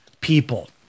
people